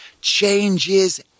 changes